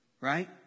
right